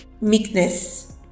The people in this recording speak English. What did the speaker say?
Meekness